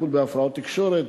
טיפול בהפרעות תקשורת,